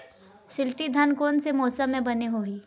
शिल्टी धान कोन से मौसम मे बने होही?